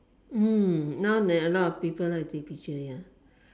mm now that a lot of people like take picture ya